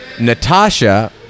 Natasha